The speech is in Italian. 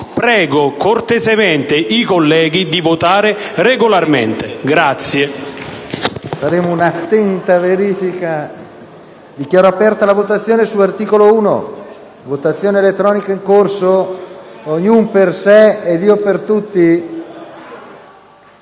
Prego cortesemente i colleghi di votare regolarmente.